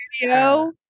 video